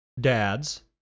dads